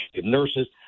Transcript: nurses